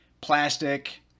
Plastic